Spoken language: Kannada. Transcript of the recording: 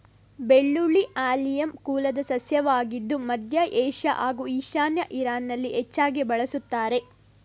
ಬೆಳ್ಳುಳ್ಳಿ ಆಲಿಯಮ್ ಕುಲದ ಸಸ್ಯವಾಗಿದ್ದು ಮಧ್ಯ ಏಷ್ಯಾ ಹಾಗೂ ಈಶಾನ್ಯ ಇರಾನಲ್ಲಿ ಹೆಚ್ಚಾಗಿ ಬಳಸುತ್ತಾರೆ